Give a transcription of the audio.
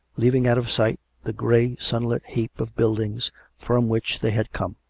leaving out of sight the grey sunlit heap of buildings from which they had come.